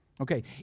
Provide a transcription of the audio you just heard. Okay